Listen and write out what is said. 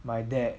my dad